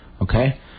Okay